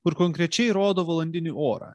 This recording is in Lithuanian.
kur konkrečiai rodo valandinį orą